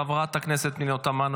חברת הכנסת פנינה תמנו,